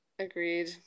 Agreed